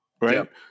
right